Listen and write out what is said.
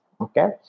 okay